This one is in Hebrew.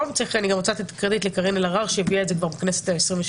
אני גם רוצה לתת קרדיט לקארין אלהרר שהביאה את זה כבר בכנסת ה-23.